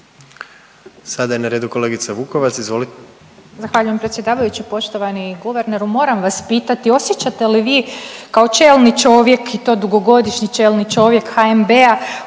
Sada je na redu kolegica Vukovac, izvoli. **Vukovac, Ružica (Nezavisni)** Zahvaljujem predsjedavajući. Poštovani guverneru moram vas pitati osjećate li vi kao čelni čovjek i to dugogodišnji čelni čovjek HNB-a